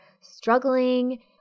struggling